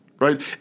Right